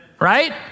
right